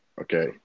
Okay